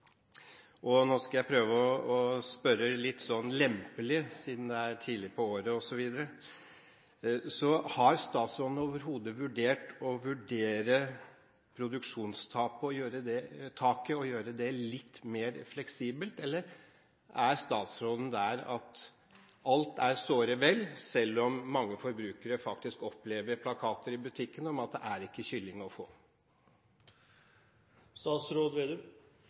Nå skal jeg prøve å spørre litt lempelig, siden det er tidlig på året, osv.: Har statsråden overhodet vurdert å se på produksjonstaket og gjøre det litt mer fleksibelt, eller er statsråden der at alt er såre vel, selv om mange forbrukere faktisk i butikkene opplever plakater med at det ikke er kylling å få? Akkurat når det gjelder fjørfekjøtt, er det nok å